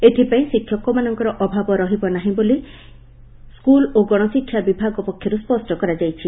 ଏଥ୍ପାଇଁ ଶିକ୍ଷକମାନଙ୍କର ଅଭାବ ରହିବ ନାହିଁ ବୋଲି ସ୍କୁଲ୍ ଓ ଗଶଶିକ୍ଷା ବିଭାଗ ପକ୍ଷରୁ ସ୍ୱଷ୍ କରାଯାଇଛି